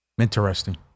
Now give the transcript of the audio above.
Interesting